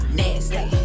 nasty